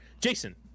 jason